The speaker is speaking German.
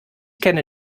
kenne